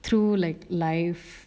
through like life